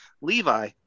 Levi